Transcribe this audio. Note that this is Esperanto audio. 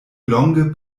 longe